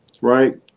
right